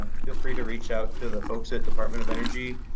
um feel free to reach out to the folks at department of energy,